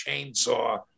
Chainsaw